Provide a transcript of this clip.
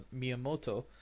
Miyamoto